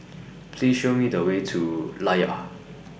Please Show Me The Way to Layar